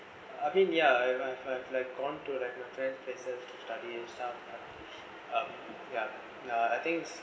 I mean yeah I've I've I've like gone to my friend's places to study himself ya uh I think